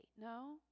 No